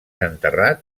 enterrat